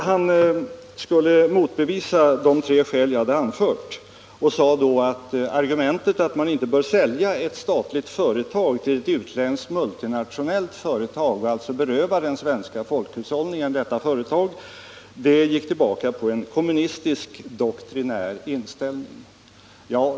Handelsministern försökte motbevisa de tre argument jag anförde och sade att argumentet att man inte bör sälja ett statligt företag till ett utländskt multinationellt företag och alltså beröva den svenska folkhushållningen detta företag gick tillbaka på en kommunistiskt doktrinär inställning.